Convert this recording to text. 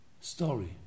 story